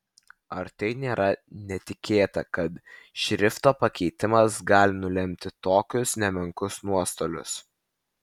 ar tai nėra netikėta kad šrifto pakeitimas gali nulemti tokius nemenkus nuostolius